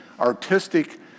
artistic